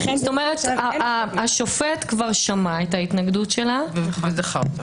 כלומר השופט שמע את ההתנגדות שלה ודחה.